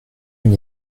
une